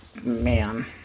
Man